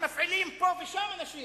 הם מפעילים פה ושם אנשים